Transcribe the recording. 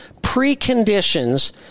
preconditions